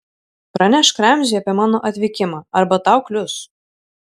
pranešk ramziui apie mano atvykimą arba tau klius